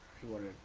he wanted